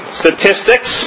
statistics